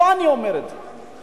לא אני אומר את זה.